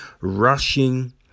rushing